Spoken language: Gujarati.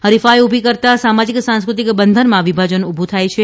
હરિફાઇ ઉભી કરતાં સામાજિક સાંસ્કૃતિક બંધનમાં વિભાજન ઉભું થાય છે